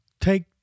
take